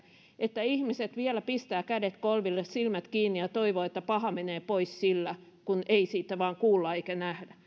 että ihmiset vielä pistävät kädet korville ja silmät kiinni ja toivovat että paha menee pois kun ei sitä vain kuulla eikä nähdä